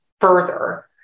further